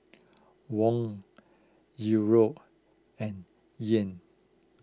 Won Euro and Yen